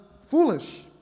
foolish